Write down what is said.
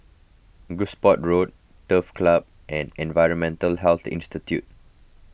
Gosport Road Turf Club and Environmental Health Institute